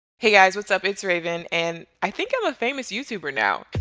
hey guys, what's up? it's raven and i think i'm a famous youtuber now.